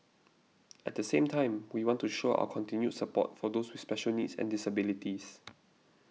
at the same time we want to show our continued support for those with special needs and disabilities